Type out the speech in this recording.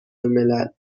الملل